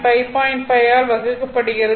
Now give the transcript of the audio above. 5 ஆல் வகுக்கப்படுகிறது